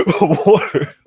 water